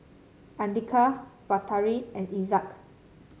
Andika Batari and Izzat